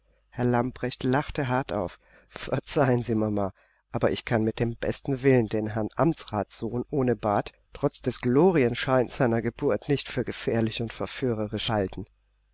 herr lamprecht lachte hart auf verzeihen sie mama aber ich kann mit dem besten willen den herrn amtsratssohn ohne bart trotz des glorienscheines seiner geburt nicht für gefährlich und verführerisch halten